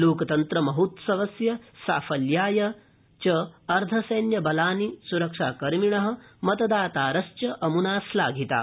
लोकतन्त्रमहोत्सवस्य साफल्याय च अर्द्धसैन्यबलानि स्रक्षाकर्मिण मतदातारश्च अम्ना श्लाधिता